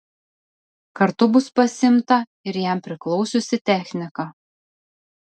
kartu bus pasiimta ir jam priklausiusi technika